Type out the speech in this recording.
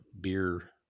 beer